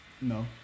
No